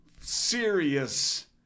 serious